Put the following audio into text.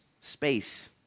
space